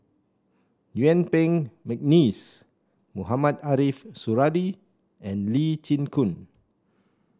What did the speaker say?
Yuen Peng McNeice Mohamed Ariff Suradi and Lee Chin Koon